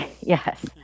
yes